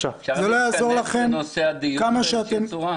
חולשה ועל חוסר אמון של האזרחים בממשלה.